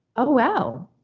oh wow,